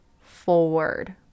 forward